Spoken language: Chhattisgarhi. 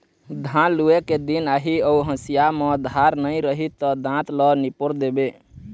धान लूए के दिन आही अउ हँसिया म धार नइ रही त दाँत ल निपोर देबे